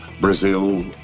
Brazil